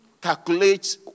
calculate